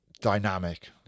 dynamic